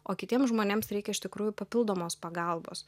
o kitiems žmonėms reikia iš tikrųjų papildomos pagalbos